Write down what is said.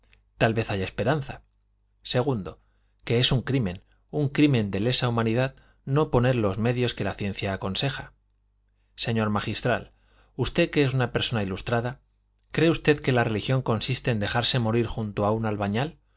tal vez haya esperanza segundo que es un crimen un crimen de lesa humanidad no poner los medios que la ciencia aconseja señor magistral usted que es una persona ilustrada cree usted que la religión consiste en dejarse morir junto a un albañal